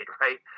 right